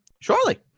Surely